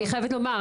אני חייבת לומר,